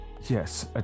yes